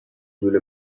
لوله